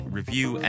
review